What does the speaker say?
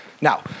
Now